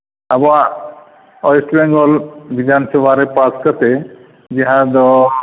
ᱟᱵᱚᱣᱟᱜ ᱚᱭᱮᱥᱴ ᱵᱮᱝᱜᱚᱞ ᱵᱤᱫᱷᱟᱱ ᱥᱚᱵᱷᱟ ᱨᱮ ᱯᱟᱥ ᱠᱟᱛᱮᱫ ᱡᱟᱦᱟᱸ ᱫᱚ